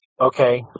okay